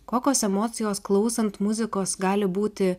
kokios emocijos klausant muzikos gali būti